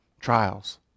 trials